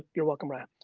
you're welcome, rhi.